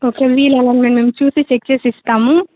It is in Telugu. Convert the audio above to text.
ఓకే వీల్ అలైన్మెంట్ చూసి చెక్ చేసి ఇస్తాము